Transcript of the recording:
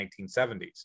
1970s